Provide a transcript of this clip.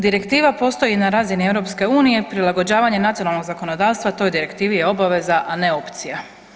Direktiva postoji na razini Europske unije, prilagođavanje nacionalnog zakonodavstva toj Direktivi je obaveza, a ne opcija.